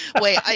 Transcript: wait